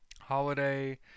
Holiday